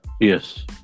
Yes